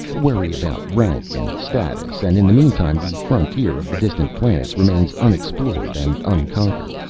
worry about rank and status, and in the meantime the frontier of the distant planets remains unexplored and unconquered.